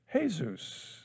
Jesus